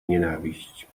nienawiść